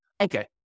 Okay